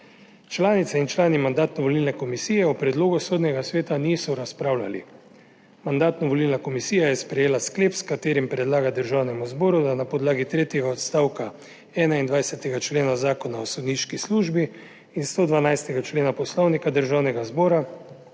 Članice in člani Mandatno-volilne komisije o predlogu Sodnega sveta niso razpravljali. Mandatno-volilna komisija je sprejela sklep, s katerim predlaga Državnemu zboru, da na podlagi tretjega odstavka 21. člena Zakona o sodniški službi in 112. člena Poslovnika Državnega zbora